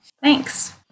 Thanks